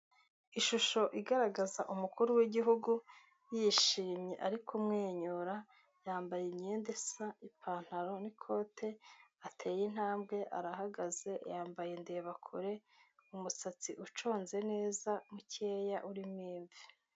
Ishusho igaragaza umukuru w'igihugu yishimye ari kumwenyura yambaye imyenda isa ipantaro n'ikote, ateye intambwe arahagaze yambaye indebakure umusatsi uconze neza mukeya urimo imvi.